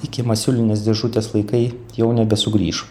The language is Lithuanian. iki masiulinės dėžutės laikai jau nebesugrįš